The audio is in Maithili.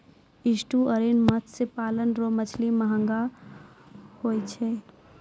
एस्टुअरिन मत्स्य पालन रो मछली महगो हुवै छै